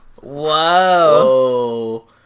Whoa